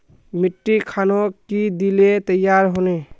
मिट्टी खानोक की दिले तैयार होने?